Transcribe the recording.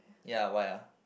ya why ah